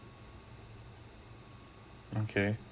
okay